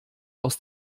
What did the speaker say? aus